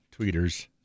tweeters